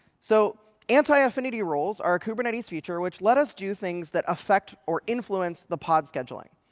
so anti-affinity rules are a kubernetes future which let us do things that affect or influence the pod scheduling.